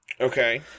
Okay